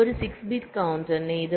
അതിനാൽ ഒരു 6 ബിറ്റ് കൌണ്ടറിന് ഇത് 0